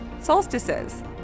solstices